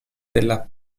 della